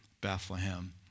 Bethlehem